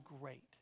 great